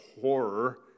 horror